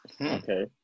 Okay